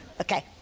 Okay